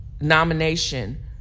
nomination